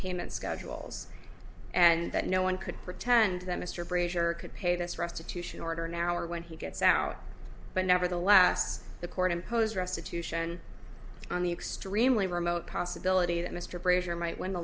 payment schedules and that no one could pretend that mr brazier could pay this restitution order now or when he gets out but nevertheless the court imposed restitution on the extremely remote possibility that mr brazier might win the